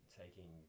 taking